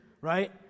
right